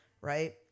right